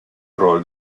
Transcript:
ruolo